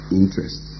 interest